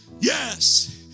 Yes